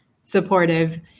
supportive